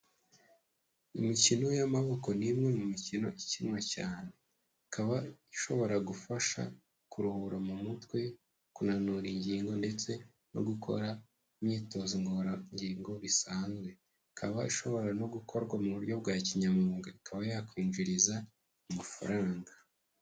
Imikino y'amaboko ni imwe mu mikino ikinwa cyane, ikaba ishobora gufasha kuruhura mu mutwe, kunanura ingingo ndetse no gukora imyitozo ngororangingo bisanzwe, ikaba ishobora no gukorwa mu buryo bwa kinyamwuga ikaba yakwinjiriza amafaranga.